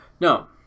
No